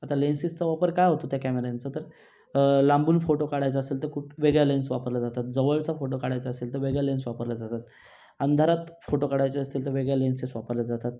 आता लेन्सेसचा वापर काय होतो त्या कॅमेरांचा तर लांबून फोटो काढायचा असेल तर खूप वेगळ्या लेन्स वापरल्या जातात जवळचा फोटो काढायचा असेल तर वेगळ्या लेन्स वापरल्या जातात अंधारात फोटो काढायचे असेल तर वेगळ्या लेन्सस वापरल्या जातात